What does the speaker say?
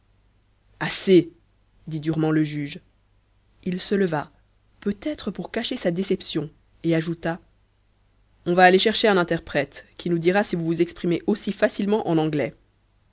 dit durement le juge il se leva peut-être pour cacher sa déception et ajouta on va aller chercher un interprète qui nous dira si vous vous exprimez aussi facilement en anglais